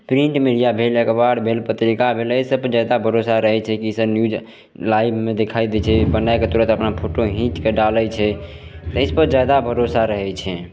print media भेल अखबार भेल पत्रिका भेल एहि सभ पे जादा भरोसा रहे छै कि से न्यूज लाइवमे देखाइ दै छै बना कऽ तुरत अपना फोटो घींचके डालै छै प्रेसपर जादा भरोसा रहै छै